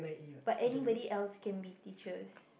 but anybody else can be teachers